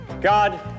God